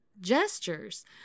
gestures